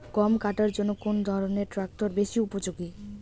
গম কাটার জন্য কোন ধরণের ট্রাক্টর বেশি উপযোগী?